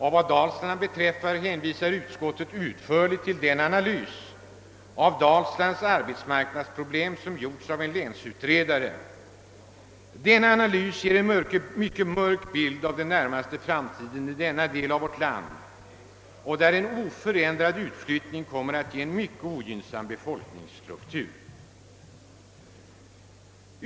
Beträffande Dalsland hänvisar utskottet utförligt till den analys av dess arbetsmarknadsproblem som gjorts av en länsutredare. Analysen ger en mycket mörk bild av den närmaste framtiden i denna del av vårt land, där en oförändrad utflyttning kommer att ge en mycket ogynnsam befolkningsstruktur.